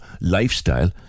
lifestyle